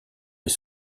les